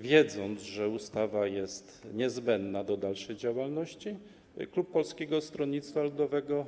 Wiedząc, że ustawa jest niezbędna do dalszej działalności, klub Polskiego Stronnictwa Ludowego